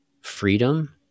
freedom